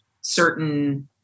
certain